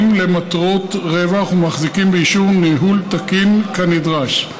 למטרות רווח ומחזיקים באישור ניהול תקין כנדרש.